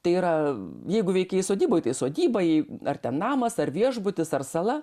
tai yra jeigu veikėjai sodyboj tai sodybai ar ten namas ar viešbutis ar sala